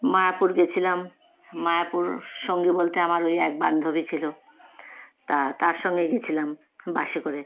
মায়াপুর গিয়েছিলাম মায়াপুর সঙ্গী বলতে আমার ওই এক বান্ধবী ছিল তা তার সঙ্গেই গিয়েছিলাম বাসে করে